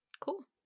Cool